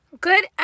good